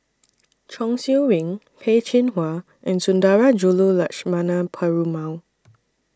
Chong Siew Ying Peh Chin Hua and Sundarajulu Lakshmana Perumal